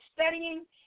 studying